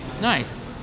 Nice